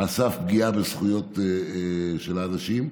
סף פגיעה בזכויות של אנשים.